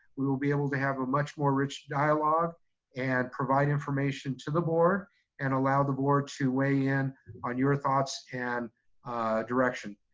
we will be able to have a much more rich dialogue and provide information to the board and allow the board to weigh in on your thoughts and direction.